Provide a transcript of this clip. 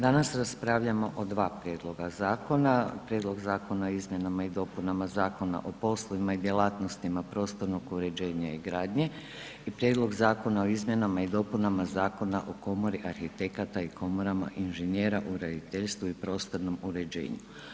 Danas raspravljamo o dva prijedloga zakona, Prijedlog zakona o Izmjenama i dopunama Zakona o poslovima i djelatnostima prostornog uređenja i gradnje i Prijedlog zakona o izmjenama i dopunama Zakona o komori arhitekata i komorama inženjera u graditeljstvu i prostornom uređenju.